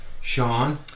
Sean